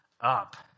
up